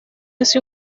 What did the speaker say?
así